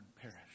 perish